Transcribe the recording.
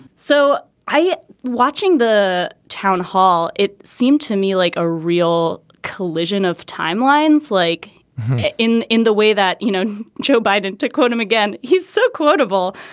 so i watching the town hall it seemed to me like a real collision of timelines like in in the way that you know joe biden. to quote him again he's so quotable.